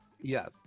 Yes